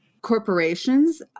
corporations